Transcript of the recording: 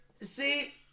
see